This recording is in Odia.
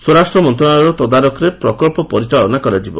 ସ୍ୱରାଷ୍ଟ୍ର ମନ୍ତ୍ରଣାଳୟର ତଦାରଖରେ ପ୍ରକଳ୍ପର ପରିଚାଳନା କରାଯିବ